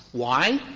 why?